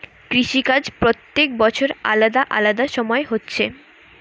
কৃষি কাজ প্রত্যেক বছর আলাদা আলাদা সময় হচ্ছে